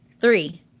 Three